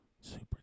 Super